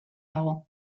dago